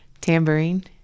Tambourine